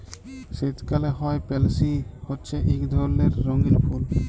শীতকালে হ্যয় পেলসি হছে ইক ধরলের রঙ্গিল ফুল